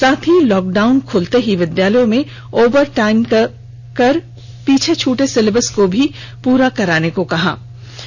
साथ ही लॉकडाउन खुलते ही विद्यालयों में ओवर टाइम कर पीछे छूटे सिलेबस को भी पूरा कराने की बात कही